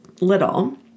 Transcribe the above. little